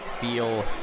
feel